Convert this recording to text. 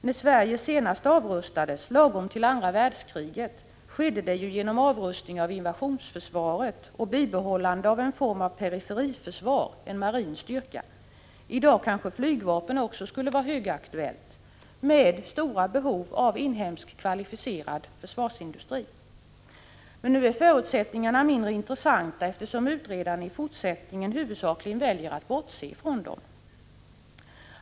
När Sverige senast avrustades, lagom till andra världskriget, skedde det genom avrustning av invasionsförsvaret och bibehållande av en form av periferiförsvar, en marin styrka. I dag kanske flygvapnet, med stora behov av inhemsk kvalificerad försvarsindustri, skulle vara högaktuellt. Men nu är förutsättningarna mindre intressanta, eftersom utredaren i fortsättningen huvudsakligen väljer att bortse från dem.